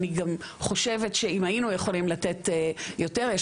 אני גם חושבת שאם היינו יכולים לתת יותר יש